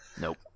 Nope